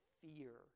fear